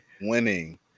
winning